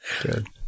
Good